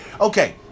Okay